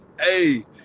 Hey